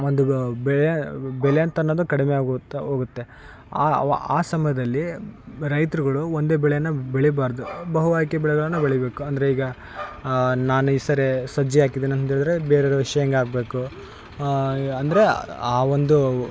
ಒಂದು ಭಯ ಬೆಲೆ ಅಂತನ್ನೋದು ಕಡಿಮೆ ಆಗುತ್ತಾ ಹೋಗುತ್ತೆ ಆ ಅವ ಆ ಸಮಯದಲ್ಲಿ ರೈತ್ರುಗಳ್ ಒಂದೇ ಬೆಳೇನ ಬೆಳಿಬಾರದು ಬಹುಆಯ್ಕೆ ಬೆಳೆಗಳನ್ನು ಬೆಳಿಬೇಕು ಅಂದರೆ ಈಗ ನಾನು ಹೆಸ್ರೇ ಸಜ್ಜೆ ಹಾಕಿದ್ದೇನೆ ಅಂತೇಳಿದ್ರೆ ಬೇರೆಯವ್ರು ಶೇಂಗ ಹಾಕಬೇಕು ಅಂದರೆ ಆ ಒಂದು